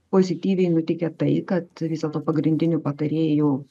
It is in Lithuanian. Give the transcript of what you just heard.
pozityviai nuteikia tai kad vis dėlto pagrindinių patarėjų